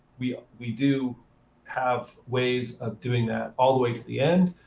we we do have ways of doing that all the way to the end,